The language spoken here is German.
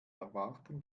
erwarten